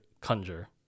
conjure